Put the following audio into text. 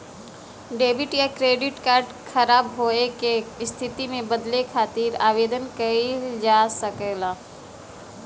debit या credit card ख़राब होये क स्थिति में बदले खातिर आवेदन किहल जा सकला